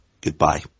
goodbye